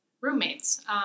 roommates